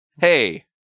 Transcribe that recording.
Hey